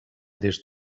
des